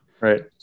Right